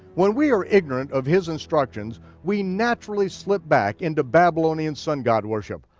when we are ignorant of his instructions we naturally slip back into babylonian sun-god worship,